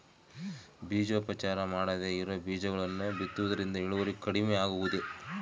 ಬೇಜೋಪಚಾರ ಮಾಡದೇ ಇರೋ ಬೇಜಗಳನ್ನು ಬಿತ್ತುವುದರಿಂದ ಇಳುವರಿ ಕಡಿಮೆ ಆಗುವುದೇ?